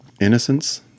innocence